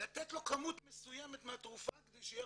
לתת לו כמות מסוימת מהתרופה כדי שיהיה